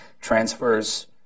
transfers